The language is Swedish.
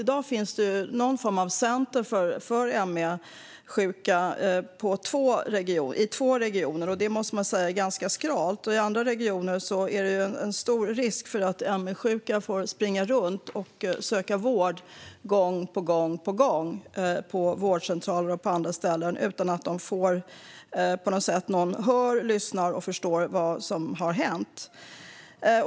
I dag finns det någon form av centrum för ME-sjuka i två regioner, och det måste man säga är ganska skralt. I andra regioner är det en stor risk för att ME-sjuka får springa runt och söka vård på vårdcentraler och andra ställen gång på gång utan att någon lyssnar och förstår vad som har hänt.